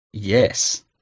Yes